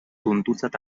tuntuntzat